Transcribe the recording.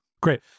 Great